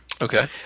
Okay